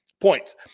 points